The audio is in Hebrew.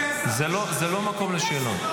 --- אפשר ברשותך --- זה לא מקום לשאלות.